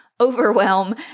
overwhelm